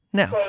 now